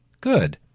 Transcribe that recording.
Good